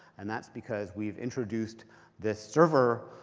and that's because we've introduced this server,